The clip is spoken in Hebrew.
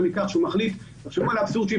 מכך שהוא מחליט לא להתחסן ולא להיבדק.